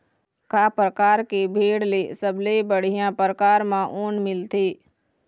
का परकार के भेड़ ले सबले बढ़िया परकार म ऊन मिलथे?